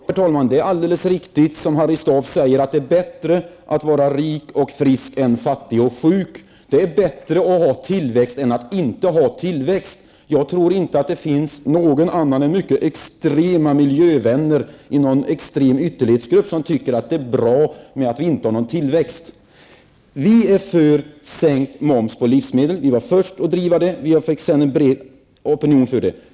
Herr talman! Det är alldeles riktigt som Harry Staaf säger, att det är bättre att vara rik och frisk än att vara fattig och sjuk. Det är bättre att ha tillväxt än att inte ha tillväxt. Jag tror inte att det finns några andra än mycket extrema miljövänner i någon extrem ytterlighetsgrupp som tycker att det är bra om vi inte har någon tillväxt. Vi är för sänkt moms på livsmedel. Vi var först med att driva det. Sedan fick vi en bred opinion för det.